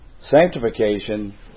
sanctification